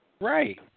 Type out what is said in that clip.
right